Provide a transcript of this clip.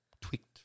tweaked